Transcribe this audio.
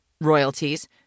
royalties